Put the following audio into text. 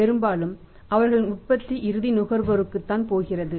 பெரும்பாலும் அவர்களின் உற்பத்தி இறுதி நுகர்வோருக்குத்தான் போகிறது